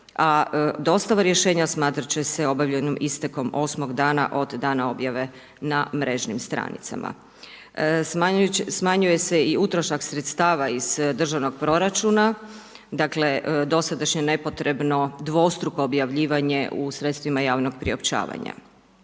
dostava rješenja smatrat će se obavljenim istekom osmog dana od dana objave na mrežnim stranicama. Smanjuje se i utrošak sredstava iz državnog proračuna, dakle dosadašnje nepotrebno dvostruko objavljivanje u sredstvima javnog priopćavanja.